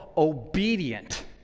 obedient